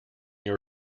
your